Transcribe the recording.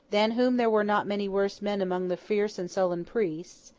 than whom there were not many worse men among the fierce and sullen priests,